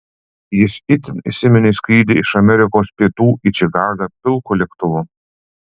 jis itin įsiminė skrydį iš amerikos pietų į čikagą pilku lėktuvu